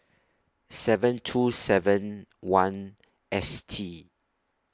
seven two seven one S T